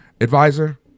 advisor